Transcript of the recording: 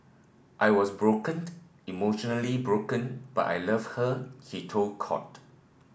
I was broken emotionally broken but I loved her he told court